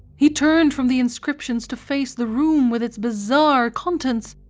he turned from the inscriptions to face the room with its bizarre contents,